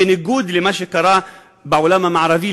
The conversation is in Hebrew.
בניגוד למה שקרה בעולם המערבי,